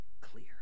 clear